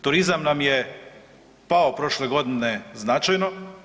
Turizam nam je pao prošle godine značajno.